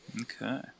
Okay